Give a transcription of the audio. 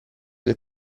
del